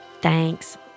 Thanks